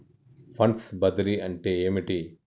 Funds బదిలీ అంటే ఏమిటి?